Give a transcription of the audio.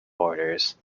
borders